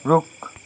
रुख